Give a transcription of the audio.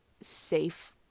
safe